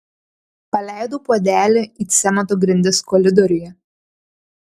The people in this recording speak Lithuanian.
paleidau puodelį į cemento grindis koridoriuje